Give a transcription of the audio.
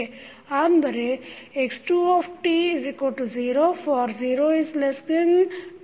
ಅಂದರೆ x20for0t0